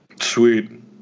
Sweet